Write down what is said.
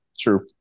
true